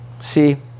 See